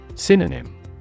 Synonym